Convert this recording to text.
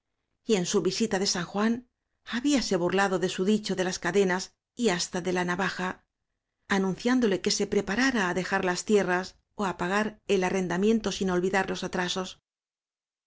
y en su visita de san juan habíase burlado de su dicho de las cadenas y hasta de la navaja anunciándole que se preparara á dejar las tierras ó á pagar el arrendamiento sin olvidar los atrasos